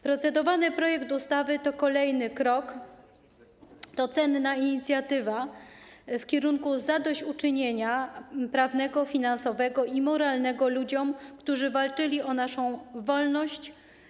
Procedowany projekt ustawy to kolejny krok, to cenna inicjatywa w kierunku zadośćuczynienia prawnego, finansowego i moralnego ludziom, którzy walczyli o naszą wolność.